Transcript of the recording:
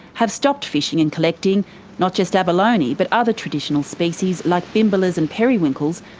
have stopped fishing and collecting not just abalone but other traditional species like bimbalas and periwinkles,